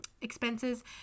expenses